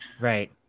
Right